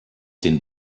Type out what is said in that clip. den